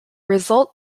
result